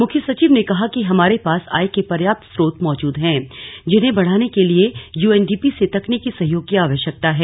मुख्य सचिव ने कहा कि हमारे पास आय के पर्याप्त स्रोत मौजूद हैं जिन्हें बढ़ाने के लिए यूएनडीपी से तकनीकि सहयोग की आवश्यकता है